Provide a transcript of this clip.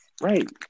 Right